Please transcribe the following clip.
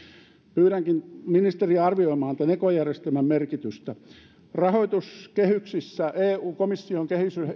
pyydänkin ministeriä arvioimaan tämän ekojärjestelmän merkitystä rahoituskehyksissä eun komission